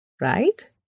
right